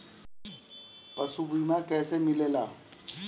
पशु बीमा कैसे मिलेला?